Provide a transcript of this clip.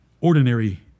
ordinary